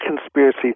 conspiracy